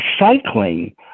recycling